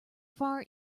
far